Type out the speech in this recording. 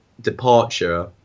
departure